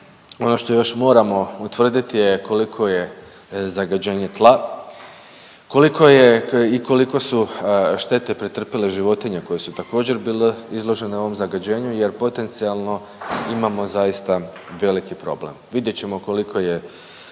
ono što još moramo utvrditi je koliko je zagađenje tla, koliko je i koliko su štete pretrpile životinje koje su također bile izložene ovom zagađenju jer potencijalno imamo zaista veliki problem. Vidjet ćemo koliko je